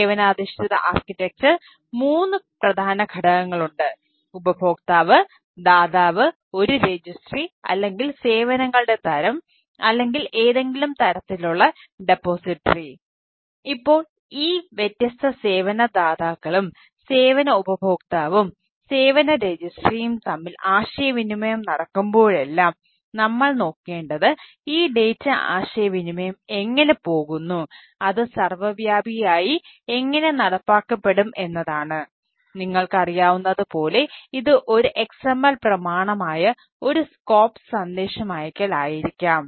സേവനാധിഷ്ഠിത architecture സന്ദേശമയയ്ക്കൽ ആയിരിക്കാം